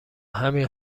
همین